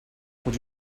would